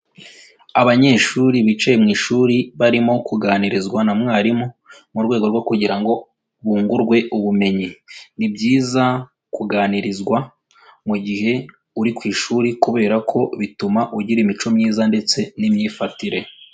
Abanyeshuri bicaye mu ishuri barimo kuganirizwa na mwarimu, mu rwego rwo kugira ngo bungurwe ubumenyi. Ni byiza kuganirizwa mu gihe uri ku ishuri kubera ko bituma ugira imico myiza ndetse n'imyifatire.